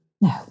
No